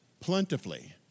plentifully